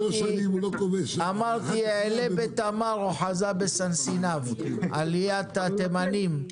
"אמרתי אעלה בתמר אחזה בסנסניו." עליית התימנים,